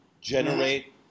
generate